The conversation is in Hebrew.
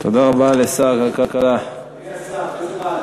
תודה רבה לשר הכלכלה, אדוני השר, לאיזו ועדה?